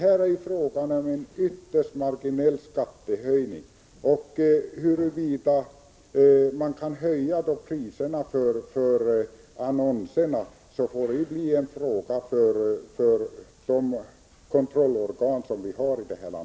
Här är det fråga om en ytterst marginell skattehöjning. Huruvida företagen kan höja annonspriserna får bli en fråga för de kontrollorgan som samhället har.